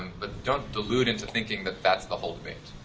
but don't delude into thinking that that's the whole debate,